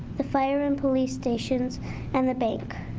the fire and police stations and the bank.